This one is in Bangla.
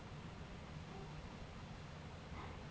ফুরুট ফাইবার হছে ফল থ্যাকে পাউয়া তল্তু ফল যেটর বহুত উপকরল আছে